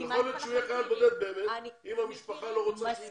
יכול להיות שהוא יהיה חייל בודד אם המשפחה לא רוצה שהוא יתגייס.